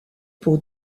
pour